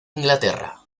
inglaterra